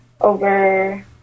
over